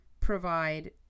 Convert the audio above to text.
provide